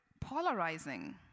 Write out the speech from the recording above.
polarizing